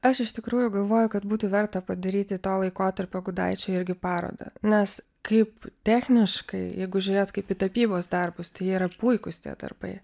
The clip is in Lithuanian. aš iš tikrųjų galvoju kad būtų verta padaryti to laikotarpio gudaičio irgi parodą nes kaip techniškai jeigu žiūrėt kaip į tapybos darbus tai jie yra puikūs tie darbai